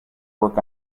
work